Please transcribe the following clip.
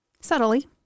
Subtly